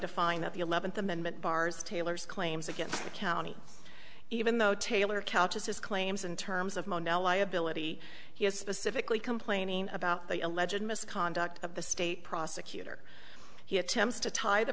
to find that the eleventh amendment bars taylor's claims against the county even though taylor couches his claims in terms of mondello ability he is specifically complaining about the alleged misconduct of the state prosecutor he attempts to tie the